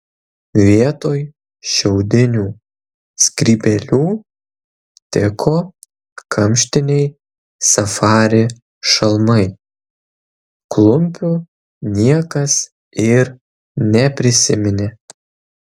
vietoj šiaudinių skrybėlių tiko kamštiniai safari šalmai klumpių niekas ir neprisiminė